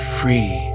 free